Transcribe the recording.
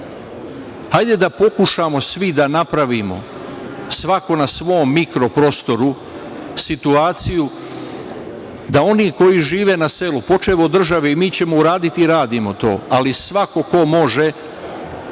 selu. Hajde da pokušamo svi da napravimo, svako na svom mikro prostoru, situaciju da oni koji žive na selu, počev od države, mi ćemo uraditi i radimo to, ali svako ko može